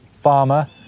farmer